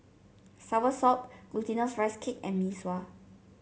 soursop Glutinous Rice Cake and Mee Sua